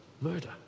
murder